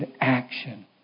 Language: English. action